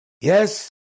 Yes